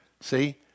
See